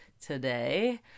Today